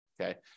okay